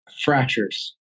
fractures